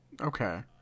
Okay